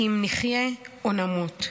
אם נחיה או נמות.